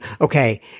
okay